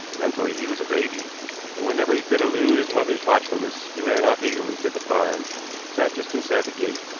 mentally he was a baby and whenever he could elude his mother's watchfulness he ran off eagerly to the farm and sat just inside the gate.